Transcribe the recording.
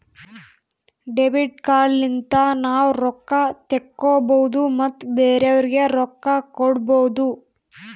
debit card ಲಿಂತ ನಾವ್ ರೊಕ್ಕಾ ತೆಕ್ಕೋಭೌದು ಮತ್ ಬೇರೆಯವ್ರಿಗಿ ರೊಕ್ಕಾ ಕೊಡ್ಭೌದು